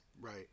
Right